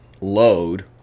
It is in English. load